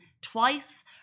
twice